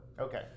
Okay